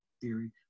theory